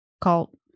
cult